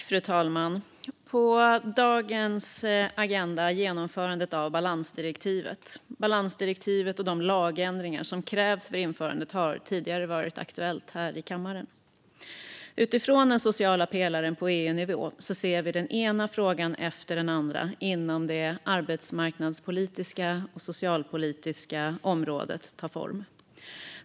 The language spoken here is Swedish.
Fru talman! På dagens agenda har vi genomförandet av balansdirektivet. Balansdirektivet och de lagändringar som krävs för dess införande har tidigare varit aktuella här i kammaren. Utifrån den sociala pelaren på EU-nivå ser vi den ena frågan efter den andra inom det arbetsmarknadspolitiska och socialpolitiska området ta form.